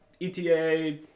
eta